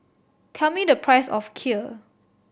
tell me the price of Kheer